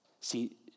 See